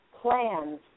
plans